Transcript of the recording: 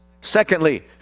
Secondly